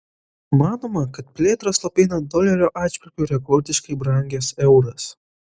manoma kad plėtrą slopina dolerio atžvilgiu rekordiškai brangęs euras